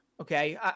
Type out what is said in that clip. okay